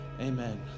Amen